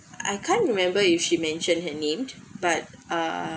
I can't remember if she mentioned her name but uh